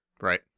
Right